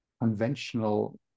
conventional